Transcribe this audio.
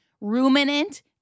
ruminant